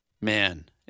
Man